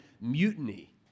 mutiny